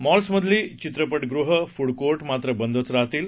मॉल्समधली चित्रपटगृहं food court मात्र बंदच राहतील